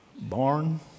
barn